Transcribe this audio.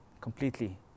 Completely